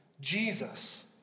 Jesus